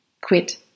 quit